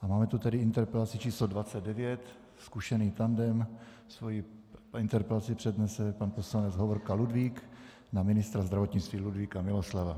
A máme tu tedy interpelaci číslo 29, zkušený tandem, svoji interpelaci přednese pan poslanec Hovorka Ludvík na ministra zdravotnictví Ludvíka Miloslava.